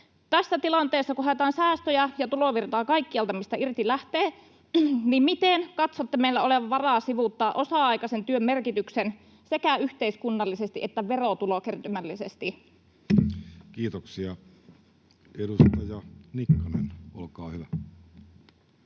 Tässä tilanteessa, kun haetaan säästöjä ja tulovirtaa kaikkialta, mistä irti lähtee, niin miten katsotte meillä olevan varaa sivuuttaa osa-aikaisen työn merkitys sekä yhteiskunnallisesti että verotulokertymällisesti? Kiitoksia. — Edustaja Nikkanen, olkaa hyvä.